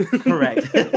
Correct